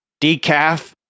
decaf